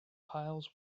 piles